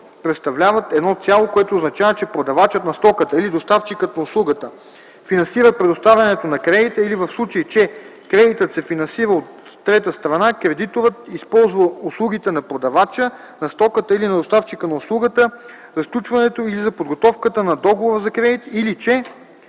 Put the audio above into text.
представляват едно цяло, което означава, че продавачът на стоката или доставчикът на услугата финансира предоставянето на кредита или в случай, че кредитът се финансира от трета страна, кредиторът използва услугите на продавача на стоката или на доставчика на услугата за сключването или за подготовката на договора за кредит, или че